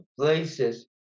places